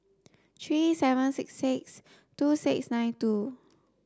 three seven six six two six nine two